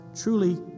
truly